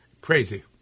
crazy